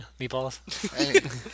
Meatballs